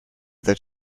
that